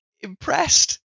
impressed